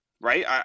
right